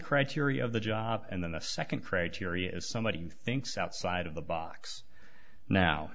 criteria of the job and then the second criteria is somebody thinks outside of the box now